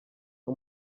nko